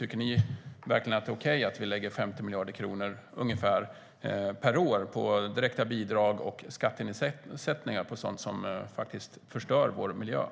Tycker ni verkligen att det är okej att vi lägger ungefär 50 miljarder kronor per år på direkta bidrag och skattenedsättningar för sådant som faktiskt förstör vår miljö?